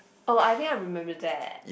oh I think I remember that